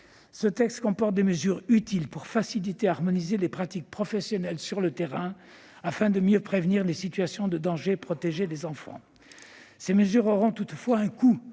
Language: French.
Ce texte comporte des mesures utiles pour faciliter et harmoniser les pratiques professionnelles sur le terrain, afin de mieux prévenir les situations de danger et de protéger les enfants. Ces mesures auront toutefois un coût